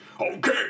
Okay